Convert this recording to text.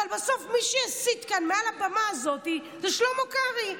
אבל בסוף מי שהסית כאן מעל הבמה הזאת זה שלמה קרעי.